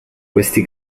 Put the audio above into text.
questi